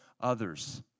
others